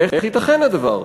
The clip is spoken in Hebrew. איך ייתכן הדבר?